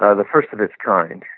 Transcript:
ah the first of its kind,